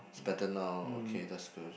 she better now okay that's good